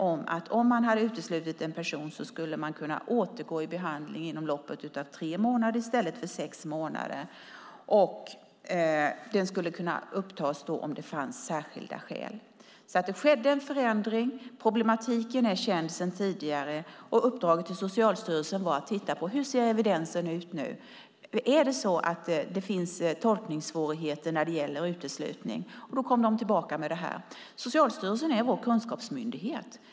Om man hade uteslutit en person skulle den kunna återgå till behandling inom loppet av tre månader i stället för sex månader. Den skulle kunna upptas om det fanns särskilda skäl. Det skedde en förändring. Problematiken är känd sedan tidigare. Uppdraget till Socialstyrelsen var att man skulle titta på: Hur ser evidensen ut nu? Finns det tolkningssvårigheter när det gäller uteslutning? Då kom de tillbaka med det här. Socialstyrelsen är vår kunskapsmyndighet.